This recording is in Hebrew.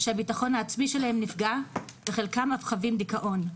שהביטחון העצמי שלהם נפגע וחלקם אף חווים דיכאון.